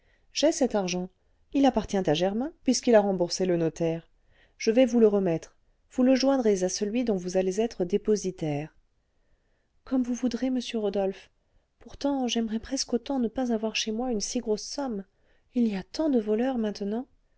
j'ai cet argent il appartient à germain puisqu'il a remboursé le notaire je vais vous le remettre vous le joindrez à celui dont vous allez être dépositaire comme vous voudrez monsieur rodolphe pourtant j'aimerais presque autant ne pas avoir chez moi une si grosse somme il y a tant de voleurs maintenant